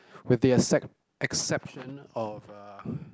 with the except~ exceptional of a